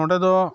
ᱚᱸᱰᱮᱫᱚ